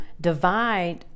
divide